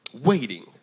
waiting